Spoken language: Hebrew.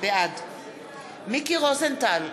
בעד מיקי רוזנטל,